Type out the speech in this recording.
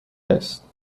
است